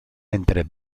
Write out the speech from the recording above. entre